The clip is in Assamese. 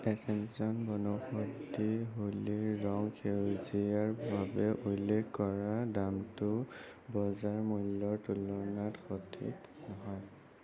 এচেঞ্চন বনৌষধি হোলীৰ ৰং সেউজীয়াৰ বাবে উল্লেখ কৰা দামটো বজাৰ মূল্যৰ তুলনাত সঠিক নহয়